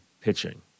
pitching